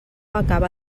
acaba